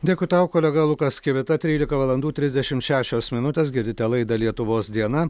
dėkui tau kolega lukas kivita trylika valandų trisdešimt šešios minutės girdite laidą lietuvos diena